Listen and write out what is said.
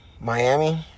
Miami